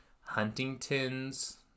huntington's